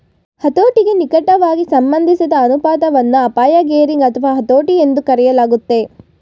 ಹತೋಟಿಗೆ ನಿಕಟವಾಗಿ ಸಂಬಂಧಿಸಿದ ಅನುಪಾತವನ್ನ ಅಪಾಯ ಗೇರಿಂಗ್ ಅಥವಾ ಹತೋಟಿ ಎಂದೂ ಕರೆಯಲಾಗುತ್ತೆ